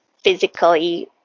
physically